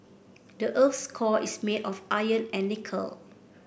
the earth's core is made of iron and nickel